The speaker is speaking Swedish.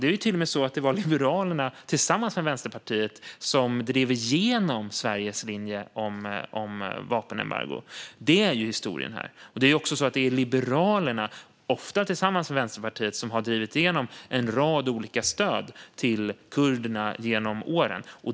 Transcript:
Det är till och med så att det var Liberalerna tillsammans med Vänsterpartiet som drev igenom Sveriges linje om vapenembargo. Det är historien, och det är också Liberalerna som, ofta tillsammans med Vänsterpartiet, har drivit igenom en rad olika stöd till kurderna genom åren.